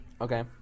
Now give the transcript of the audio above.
Okay